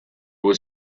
was